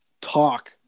talk